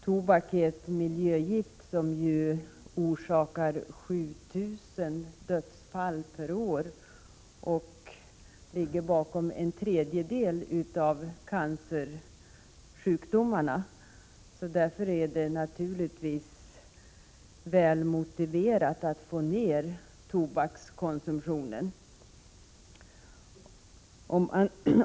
Tobak är ett miljögift som orsakar 7 000 dödsfall per år och ligger bakom en tredjedel av cancersjukdomarna. Därför är det naturligtvis välmotiverat att få ned tobakskonsumtionen.